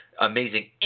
amazing